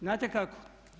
Znate kako?